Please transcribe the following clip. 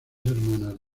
hermanas